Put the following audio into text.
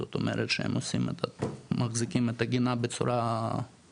זאת אומרת שהם מחזיקים את הגינה בצורה נורמלית.